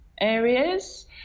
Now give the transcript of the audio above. areas